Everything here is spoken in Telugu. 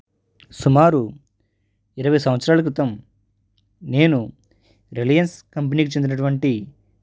సుమారు ఇరవై సంవత్సరాల క్రితం నేను రిలయన్స్ కంపెనీకి చెందినటువంటి